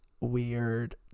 weird